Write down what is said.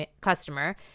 customer